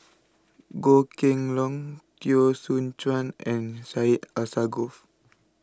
Goh Kheng Long Teo Soon Chuan and Syed Alsagoff